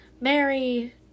Mary